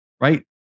Right